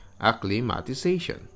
Acclimatization